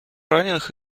раненых